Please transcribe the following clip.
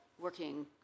working